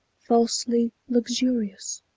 falsely luxurious,